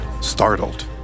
startled